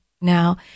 now